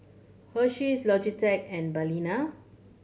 Hersheys Logitech and Balina